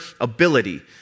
ability